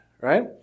right